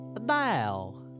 now